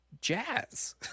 jazz